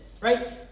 Right